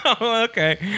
okay